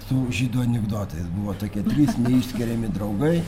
su žydų anekdotais buvo tokie trys neišskiriami draugai